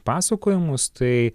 pasakojimus tai